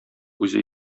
үзе